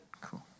Cool